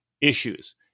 issues